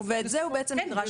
ואת זה הוא בעצם נדרש לרכישה מראש.